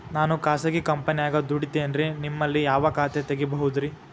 ನಾನು ಖಾಸಗಿ ಕಂಪನ್ಯಾಗ ದುಡಿತೇನ್ರಿ, ನಿಮ್ಮಲ್ಲಿ ಯಾವ ಖಾತೆ ತೆಗಿಬಹುದ್ರಿ?